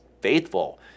faithful